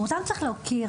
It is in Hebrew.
גם אותם צריך להוקיר.